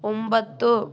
ಒಂಬತ್ತು